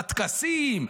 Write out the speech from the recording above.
בטקסים,